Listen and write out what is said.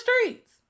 streets